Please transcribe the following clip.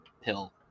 pill